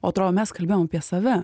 atrodo mes kalbėjom apie save